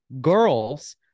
Girls